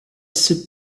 sit